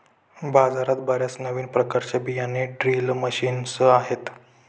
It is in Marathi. बाजारात बर्याच नवीन प्रकारचे बियाणे ड्रिल मशीन्स आहेत